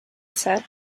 said